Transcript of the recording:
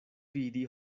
vidi